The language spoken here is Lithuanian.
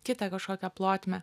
kitą kažkokią plotmę